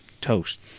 toast